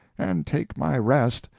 and take my rest,